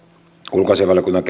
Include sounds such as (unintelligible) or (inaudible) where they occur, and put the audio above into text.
ulkoasiainvaliokunnan (unintelligible)